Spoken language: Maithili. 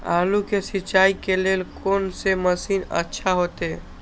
आलू के सिंचाई के लेल कोन से मशीन अच्छा होते?